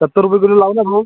सत्तर रुपये किलो लावून द्या भाऊ